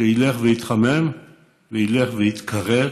שילך ויתחמם וילך ויתקרר,